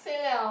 say liao